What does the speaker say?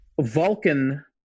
Vulcan